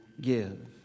give